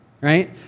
right